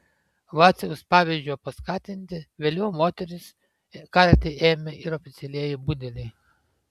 vaciaus pavyzdžio paskatinti vėliau moteris karti ėmė ir oficialieji budeliai